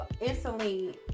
instantly